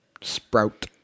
sprout